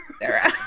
Sarah